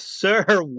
Sir